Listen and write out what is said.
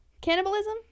Cannibalism